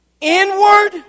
inward